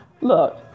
Look